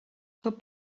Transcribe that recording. tot